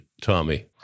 Tommy